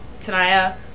Tanaya